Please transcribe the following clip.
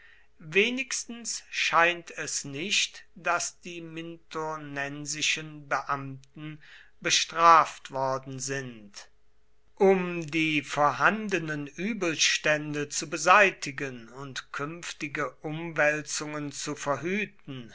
wenigstens scheint es nicht daß die minturnensischen beamten bestraft worden sind um die vorhandenen übelstände zu beseitigen und künftige umwälzungen zu verhüten